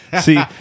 See